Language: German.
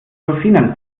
rosinen